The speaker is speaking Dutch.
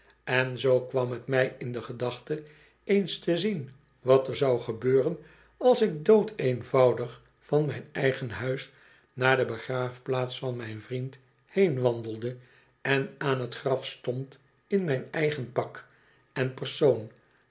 en zoo kwam t mij in de gedachte eens te zien wat er zou gebeuren als ik doodeenvoudig van mijn eigen huis naar de begraafplaats van mijn vriend heen wandelde en aan t graf stond in mijn eigen pak en persoon